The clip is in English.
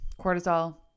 Cortisol